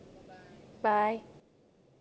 bye